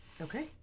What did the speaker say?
Okay